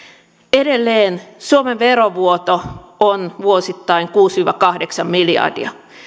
edelleen suomen verovuoto on vuosittain kuusi viiva kahdeksan miljardia